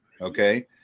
Okay